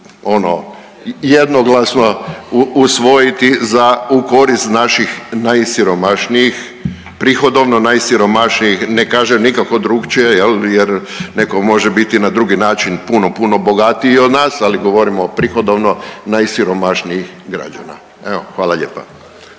jednoglasno usvojiti za, u korist naših najsiromašnijih, prihodovno najsiromašnijih, ne kažem nikako drukčije jer, netko može biti na drugi način puno, puno bogatiji od nas, ali govorimo prihodovno, najsiromašnijih građana. Evo, hvala lijepa.